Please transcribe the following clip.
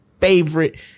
favorite